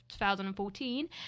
2014